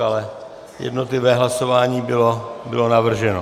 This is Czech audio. Ale jednotlivé hlasování bylo navrženo.